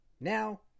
Now